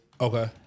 Okay